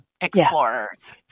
explorers